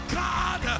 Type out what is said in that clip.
god